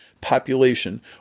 population